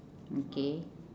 okay